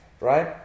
Right